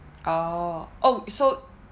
oo oh so